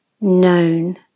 known